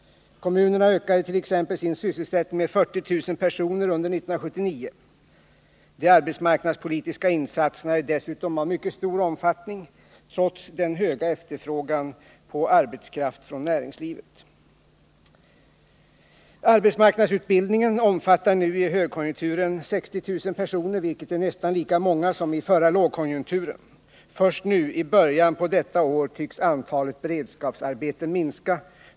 Kommunerna ökade t.ex. sin sysselsättning med 40000 personer under 1979. De arbetsmarknadspolitiska insatserna är dessutom av mycket stor omfattning trots den höga efterfrågan på arbetskraft från näringslivet. Arbetsmarknadsutbildningen omfattar nu i högkonjunkturen 60 000 personer, vilket är nästan lika många som i förra lågkonjunkturen. Först nu i början på detta år tycks antalet beredskapsarbeten minska.